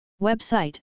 Website